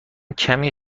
کمی